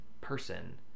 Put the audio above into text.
person